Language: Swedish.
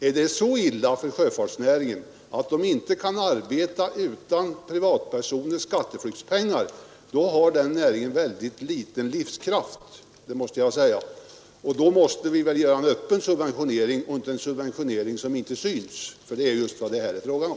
Är det så illa ställt för sjöfartsnäringen att den inte kan arbeta utan privatpersoners skatteflyktspengar, då har den näringen väldigt liten livskraft, och då måste vi väl ge den en öppen subvention och icke en subvention som inte syns — för det är just vad det här är fråga om.